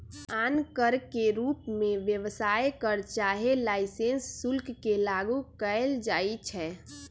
आन कर के रूप में व्यवसाय कर चाहे लाइसेंस शुल्क के लागू कएल जाइछै